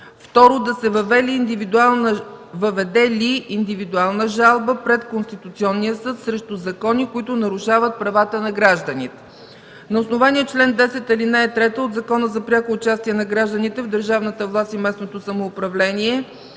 Второ, да се въведе ли индивидуална жалба пред Конституционния съд срещу закони, които нарушават правата на гражданите. На основание чл. 10, ал. 3 от Закона за пряко участие на гражданите в държавната власт и местното самоуправление,